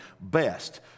best